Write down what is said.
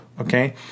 okay